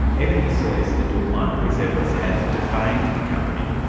evony says that your client, bruce everiss has defamed the company.